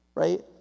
right